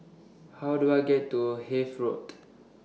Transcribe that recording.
How Do I get to Hythe Road